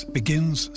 begins